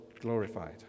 glorified